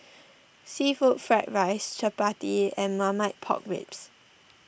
Seafood Fried Rice Chappati and Marmite Pork Ribs